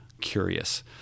curious